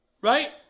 Right